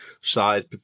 side